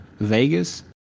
Vegas